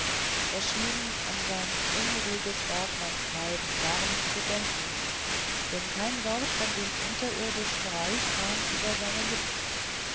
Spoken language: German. schien an sein unruhiges bergmannstreiben gar nicht zu denken denn kein wort von dem unterirdischen reich kam über seine lippen